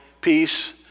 peace